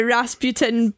Rasputin